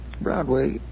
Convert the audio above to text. Broadway